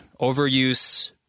overuse